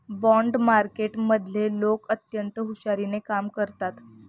bond मार्केटमधले लोक अत्यंत हुशारीने कामं करतात